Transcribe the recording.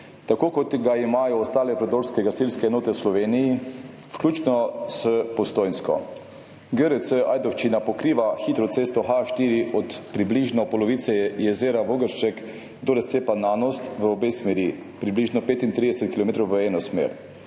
tako kot ga imajo ostale predorske gasilske enote v Sloveniji, vključno s postojnsko. GRC Ajdovščina pokriva hitro cesto H4 od približno polovice jezera Vogršček do razcepa Nanos v obe smeri, približno 35 kilometrov v eno smer.